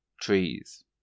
Trees